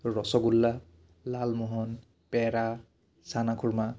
rasgulla lalmohan pera chanakhurma